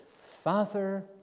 Father